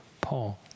Paul